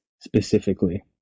specifically